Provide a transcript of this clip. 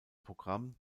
programm